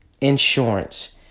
insurance